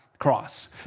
Cross